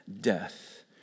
death